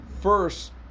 first